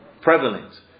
prevalent